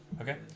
Okay